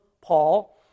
Paul